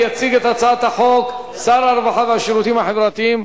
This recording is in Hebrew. יציג את הצעת החוק שר הרווחה והשירותים החברתיים,